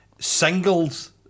singles